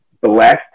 blessed